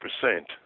percent